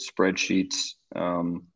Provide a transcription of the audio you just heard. spreadsheets